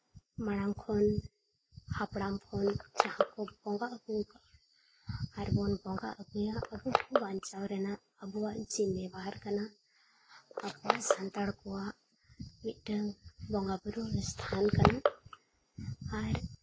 ᱢᱟᱲᱟᱝ ᱠᱷᱚᱱ ᱦᱟᱯᱲᱟᱢ ᱠᱚ ᱡᱟᱦᱟᱸ ᱠᱚ ᱵᱚᱸᱜᱟ ᱟᱹᱜᱩᱣᱟᱠᱟᱫᱼᱟ ᱟᱨᱵᱚᱱ ᱵᱚᱸᱜᱟ ᱟᱹᱜᱩᱭᱟ ᱟᱵᱚ ᱠᱚ ᱵᱟᱧᱪᱟᱣ ᱨᱮᱱᱟᱜ ᱟᱵᱚᱣᱟᱜ ᱪᱮᱫ ᱵᱮᱵᱷᱟᱨ ᱠᱟᱱᱟ ᱟᱵᱚᱣᱟᱜ ᱥᱟᱱᱛᱟᱲ ᱠᱚᱣᱟᱜ ᱢᱤᱫᱴᱮᱱ ᱵᱚᱸᱜᱟ ᱵᱩᱨᱩ ᱥᱛᱷᱟᱱ ᱠᱟᱱᱟ ᱟᱨ